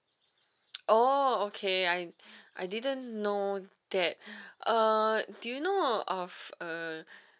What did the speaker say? oh okay I I didn't know that uh do you know o~ of uh